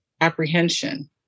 apprehension